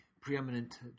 preeminent